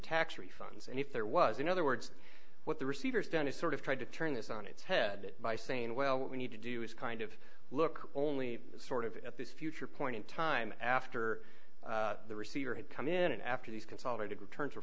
tax refunds and if there was in other words what the receiver's done is sort of trying to turn this on its head by saying well what we need to do is kind of look only sort of at this future point in time after the receiver had come in after these consolidated returns